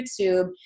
YouTube